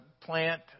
plant